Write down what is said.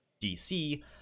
dc